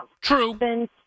true